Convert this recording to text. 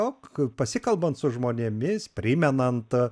jog pasikalbant su žmonėmis primenant